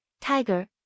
Tiger